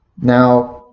now